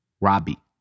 Robbie